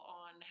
on